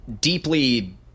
deeply